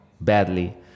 badly